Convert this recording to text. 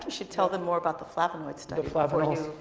should tell them more about the flavonoid stuff the flavanols.